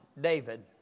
David